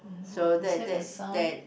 so that that that